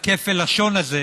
אדוני היושב-ראש,